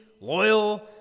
loyal